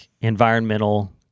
environmental